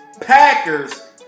Packers